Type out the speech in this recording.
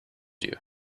you